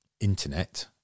internet